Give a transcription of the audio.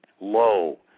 low